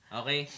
okay